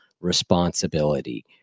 responsibility